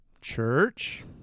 Church